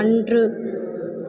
அன்று